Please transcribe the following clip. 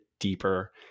deeper